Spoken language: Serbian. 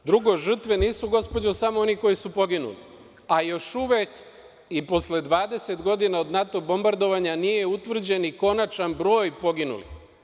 Drugo, žrtve nisu, gospođo, samo oni koji su poginuli, a još uvek i posle 20 godina od NATO bombardovanja nije utvrđen ni konačan broj poginulih.